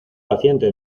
paciente